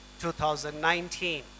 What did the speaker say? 2019